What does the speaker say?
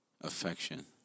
affection